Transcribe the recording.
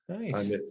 nice